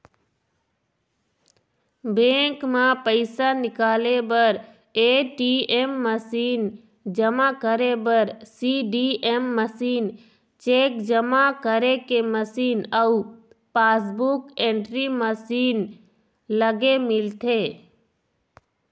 bank म पइसा निकाले बर ए.टी.एम मसीन, जमा करे बर सीडीएम मशीन, चेक जमा करे के मशीन अउ पासबूक एंटरी मशीन लगे मिलथे